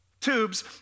tubes